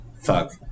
Fuck